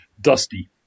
dusty